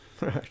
Right